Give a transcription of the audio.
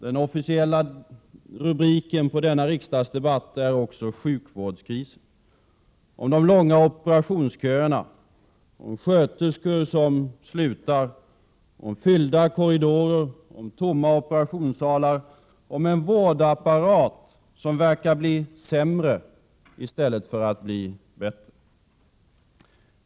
Den officiella rubriken på denna riksdagsdebatt är också sjukvårdskrisen. Vi talar om de långa operationsköerna, om sköterskor som slutar, fyllda korridorer och tomma operationssalar. Vi har en vårdapparat som verkar bli sämre —i stället för att bli bättre.